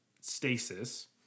stasis